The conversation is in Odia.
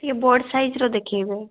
ଟିକିଏ ବଡ଼ ସାଇଜର ଦେଖେଇବେ